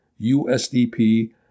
USDP